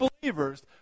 believers